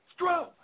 Stro